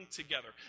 together